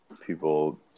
people